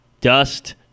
dust